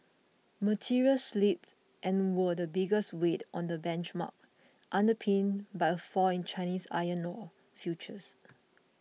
materials slipped and were the biggest weight on the benchmark underpinned by a fall in Chinese iron ore futures